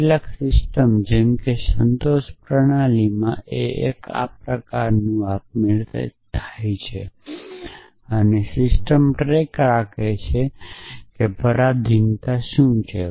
કેટલીક સિસ્ટમમાં જેમ કે સંતોષ પ્રણાલીમાં જે એક પ્રકારનું આપમેળે થાય છે તે સિસ્ટમ ટ્રેક રાખે છે કે પરાધીનતા શું છે